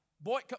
Boy